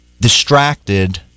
distracted